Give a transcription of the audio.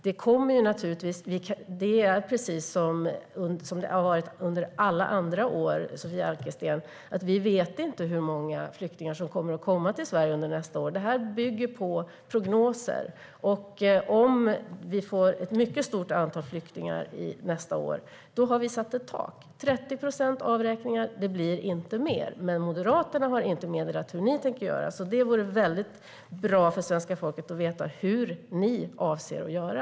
Det är precis som det har varit under alla andra år, Sofia Arkelsten. Vi vet inte hur många flyktingar som kommer att komma till Sverige under nästa år. Det här bygger på prognoser. Även om vi får ett mycket stort antal flyktingar nästa år kommer vi att ha ett tak på 30 procent avräkningar. Det blir inte mer. Men ni i Moderaterna har inte meddelat hur ni tänker göra. Det vore väldigt bra för svenska folket att veta hur ni avser att göra.